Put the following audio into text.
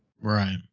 right